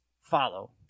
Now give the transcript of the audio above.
follow